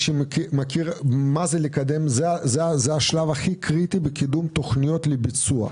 זה השלב הכי קריטי בקידום תכניות לביצוע.